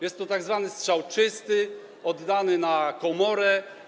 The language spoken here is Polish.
Jest to tzw. strzał czysty, oddany na komorę.